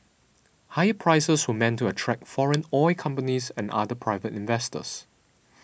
higher prices were meant to attract foreign oil companies and other private investors